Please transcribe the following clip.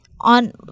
On